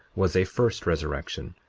was a first resurrection.